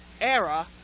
era